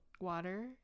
water